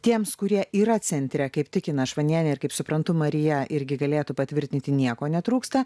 tiems kurie yra centre kaip tikina švanienė ir kaip suprantu marija irgi galėtų patvirtinti nieko netrūksta